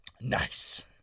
Nice